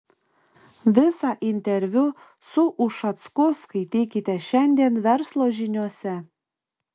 visą interviu su ušacku skaitykite šiandien verslo žiniose